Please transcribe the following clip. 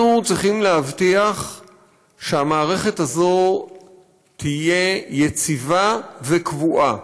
אנחנו צריכים להבטיח שהמערכת הזאת תהיה יציבה וקבועה.